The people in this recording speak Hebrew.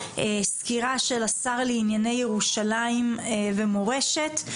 סקירה של השר לענייני ירושלים ומורשת.